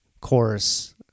chorus